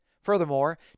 Furthermore